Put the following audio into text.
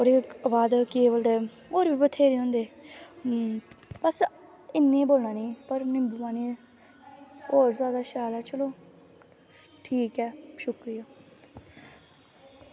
ओह्दे बाद केह् बोलदे होर बी बत्थेरे होंदे बस इन्ने गै बोला नी पर निम्बू पानी होर जादा शैल ऐ चलो ठीक ऐ शुक्रिया